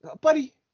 Buddy